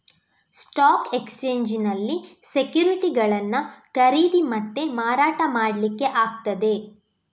stock ಎಕ್ಸ್ಚೇಂಜಿನಲ್ಲಿ ಸೆಕ್ಯುರಿಟಿಗಳನ್ನ ಖರೀದಿ ಮತ್ತೆ ಮಾರಾಟ ಮಾಡ್ಲಿಕ್ಕೆ ಆಗ್ತದೆ